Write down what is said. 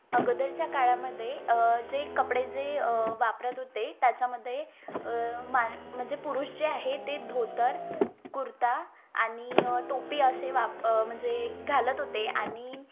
अगोदरच्या काळामध्ये जे कपडे जे वापरत होते त्याच्यामध्ये मान म्हणजे पुरुष जे आहे ते धोतर कुर्ता आणि टोपी असे वाप म्हंजे घालत होते आणि